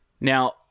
now